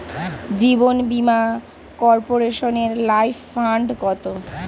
জীবন বীমা কর্পোরেশনের life fund কত?